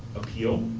appeal.